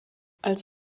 als